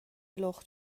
لخت